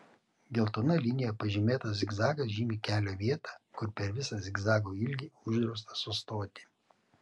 geltona linija pažymėtas zigzagas žymi kelio vietą kur per visą zigzago ilgį uždrausta sustoti